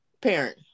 parent